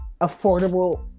affordable